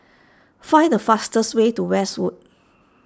find the fastest way to Westwood